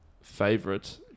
favorite